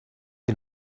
ihr